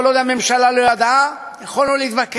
כל עוד הממשלה לא ידעה, יכולנו להתווכח.